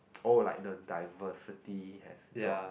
oh like the diversity has drop